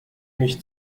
mich